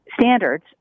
standards